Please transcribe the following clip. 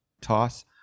toss